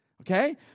Okay